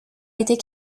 été